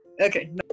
okay